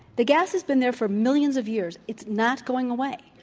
the gas has been there for millions of years. it's not going away.